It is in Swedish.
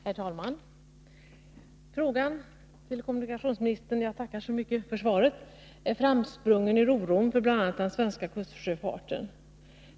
Herr talman! Jag tackar kommunikationsministern så mycket för svaret. Frågan är framsprungen ur oron för bl.a. den svenska kustsjöfarten.